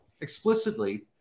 explicitly